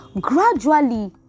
Gradually